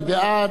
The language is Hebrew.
מי בעד?